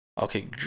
Okay